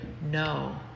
no